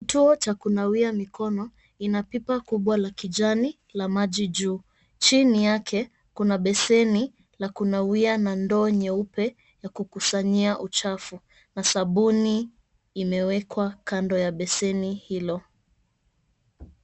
Kituo cha kunawia mikono ina pipa kubwa la kijani la maji juu. Chini yake kuna beseni la kunawia na kuna ndoo nyeupe ya kukusanyia uchafu na sabuni imewekwa kando ya beseni hilo.